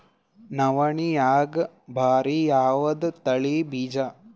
ನವಣಿಯಾಗ ಭಾರಿ ಯಾವದ ತಳಿ ಬೀಜ?